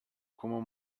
como